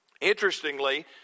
Interestingly